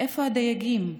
איפה הדייגים?